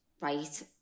right